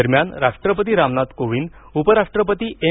दरम्यान राष्ट्रपती रामनाथ कोविंद उप राष्ट्रपती एम